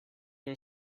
are